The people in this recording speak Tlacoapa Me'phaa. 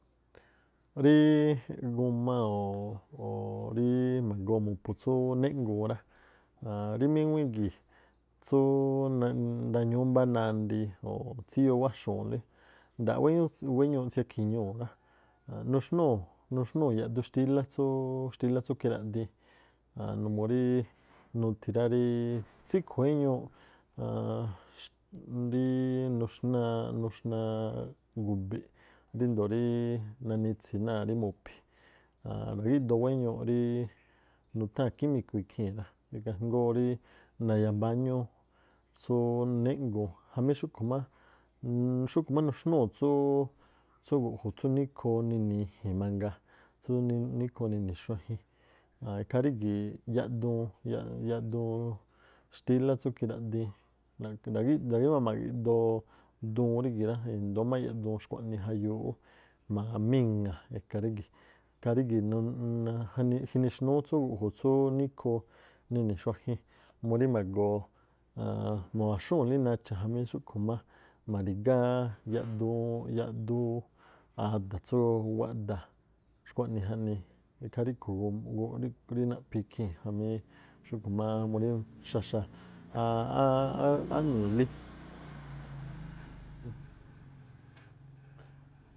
Rí gu̱ma o̱ rí ma̱goo mu̱phu̱ tsú néꞌguu̱n rá. Rí míŋuíí gii̱ tsú ndañúú mbá nandii o̱ tsíyoo wáxu̱u̱nlí nda̱a̱ꞌ wéñuuꞌ tsiakhi̱ñuu̱ rá, nuxnú yaꞌdu xtílá tsúú kiraꞌdiin numuu rí nuthi ríí tsíꞌkhu̱ éñuuꞌ rí nuxnaa gu̱bi̱ꞌ ríndoo̱ rí nanitsii̱ náa̱ rí mu̱phi̱ ra̱gídoo ẃeñuuꞌ ríí nutháa̱n kími̱ku̱ ithii̱n rá, ikhaa jngóó ríí nayambáñúú tsúú néꞌnguu̱n jamí xúꞌkhu̱ má nuxnúu̱ tsú, tsúú gu̱ꞌju̱ tsú níkhoo ninii̱ i̱ji̱n mangaa, tsú nini̱ xuajin aan ikhaa rígi̱ yaꞌ- yaꞌduun- xtílá tsú khiraꞌdiin ra̱gí-ra̱gíꞌmaa- ma̱giꞌdoo duun rígi̱ rá i̱ndóó má yaꞌduun xkuaꞌnii jaꞌyuuꞌ ú jma̱a miŋa̱ e̱ka̱ rígi̱. Ikhaa rígi̱ jjini xnúú tsú gu̱ꞌju̱ tsú nikhoo nini̱ xuajin murí mago̱o̱ ma̱wa̱xúu̱nlí nacha̱ jamí xúꞌkhu̱ má ma̱ri̱gá yaꞌduun yaꞌduu ada̱ tsú wádaa̱ xkua̱nii jaꞌnii. Ikhaa ríꞌkhu̱ naꞌphi̱ ikhii̱n jamí xúꞌkhu̱ má murí xaxa̱ áꞌŋi̱i̱lí.